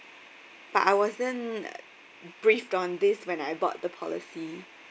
but I wasn't briefed on these when I bought the policy